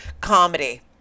comedy